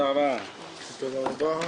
הישיבה נעולה.